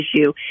issue